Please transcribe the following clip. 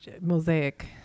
mosaic